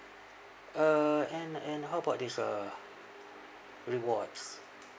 uh and and how about this uh rewards